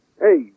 Hey